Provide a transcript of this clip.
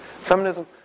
Feminism